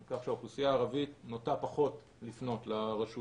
כך שהאוכלוסייה הערבית נוטה פחות לפנות לרשויות